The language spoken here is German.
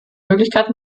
möglichkeiten